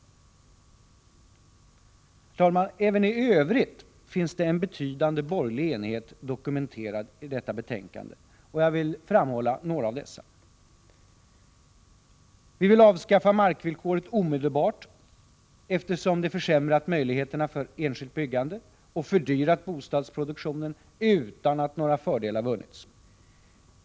Herr talman! Även i övrigt finns en betydande borgerlig enighet dokumenterad i detta betänkande, och jag vill framhålla några av de punkter där vi är eniga. Vi vill avskaffa markvillkoret omedelbart, eftersom det försämrat möjligheterna för enskilt byggande och fördyrat bostadsproduktionen utan att några fördelar vunnits.